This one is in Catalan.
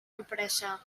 empresa